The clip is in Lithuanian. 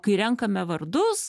kai renkame vardus